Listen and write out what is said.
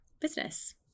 business